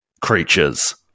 creatures